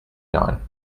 nine